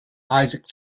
isaac